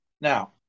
Now